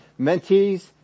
mentees